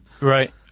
Right